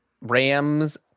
Rams